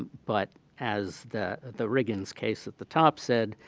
but as the the reagan's case at the top said,